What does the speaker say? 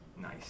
nice